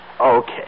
Okay